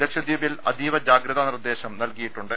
ലക്ഷദ്വീപിൽ അതീവജാഗ്രതാ നിർദ്ദേശം നൽകിയിട്ടുണ്ട്